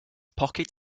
pocket